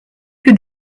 que